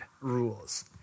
rules